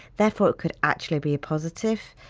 therefore, it could actually be a positive.